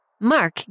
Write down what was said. Mark